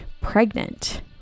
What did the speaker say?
pregnant